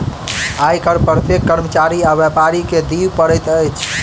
आय कर प्रत्येक कर्मचारी आ व्यापारी के दिअ पड़ैत अछि